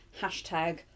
hashtag